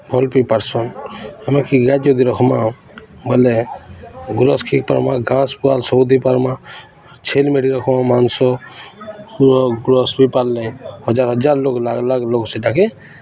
ଅଲ୍ପି ପାର୍ସନ୍ ଆମେକ ଗାଈ ଯଦି ରଖ୍ମା ବୋଲେ ଗୁରସ୍ ପାର୍ମା ଘାସ୍ ପାଲ୍ ସବୁ ଦେଇପାର୍ମା ଛେଳି ମେରିିକ ରଖମା ମାଂସ ଗୁୁରସ୍ ବି ପାରଲେ ହଜାର ହଜାର ଲକ୍ଷ ଲକ୍ଷ ଲୋକ ସେଟାକେ